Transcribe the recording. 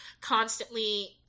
constantly